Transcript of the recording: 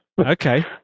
Okay